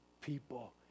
people